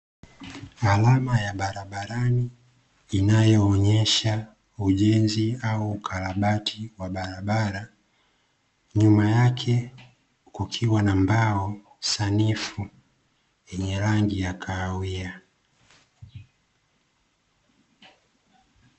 Alama ya barabarani inayoonyesha ujenzi au ukarabati wa barabara. Nyuma yake kukiwa na mbao sanifu, yenye rangi ya kahawia.